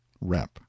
Rep